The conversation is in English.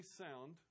sound